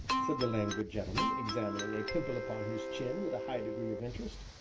said the languid gentleman, examining a pimple upon his chin with a high degree of interest,